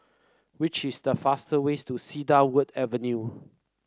which is the fastest ways to Cedarwood Avenue